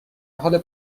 حال